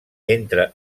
entre